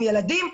עם ילדים,